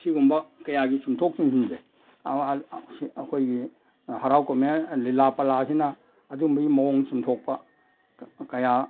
ꯑꯁꯤꯒꯨꯝꯕ ꯀꯌꯥꯒꯤ ꯆꯨꯝꯊꯣꯛ ꯆꯨꯝꯖꯤꯟꯁꯦ ꯑꯩꯈꯣꯏꯒꯤ ꯍꯥꯔꯥꯎ ꯀꯨꯝꯍꯩ ꯂꯤꯂꯥ ꯄꯥꯂꯥꯁꯤꯅ ꯑꯗꯨꯝꯕꯒꯤ ꯃꯑꯣꯡ ꯆꯨꯝꯊꯣꯛꯄ ꯀꯌꯥ